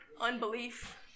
unbelief